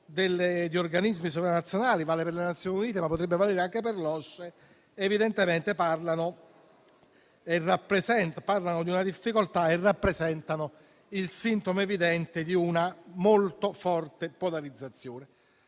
degli organismi sovranazionali - vale per le Nazioni Unite, ma potrebbe valere anche per l'OSCE - parla di una difficoltà e rappresenta il sintomo evidente di una polarizzazione